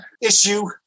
issue